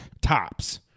Tops